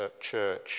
church